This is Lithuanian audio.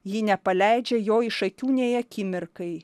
ji nepaleidžia jo iš akių nei akimirkai